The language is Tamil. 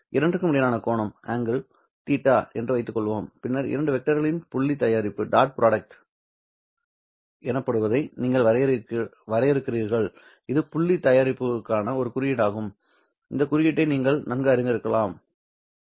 இரண்டிற்கும் இடையேயான கோணம் θ என்று வைத்து கொள்வோம் பின்னர் இரண்டு வெக்டர்களின் புள்ளி தயாரிப்பு எனப்படுவதை நீங்கள் வரையறுக்கிறீர்கள் இது புள்ளி தயாரிப்புக்கான ஒரு குறியீடாகும் இந்த குறியீட்டை நீங்கள் நன்கு அறிந்திருக்கலாம் ¿ 'u